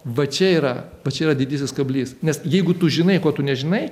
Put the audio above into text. va čia yra va čia yra didysis kablys nes jeigu tu žinai ko tu nežinai